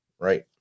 right